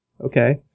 Okay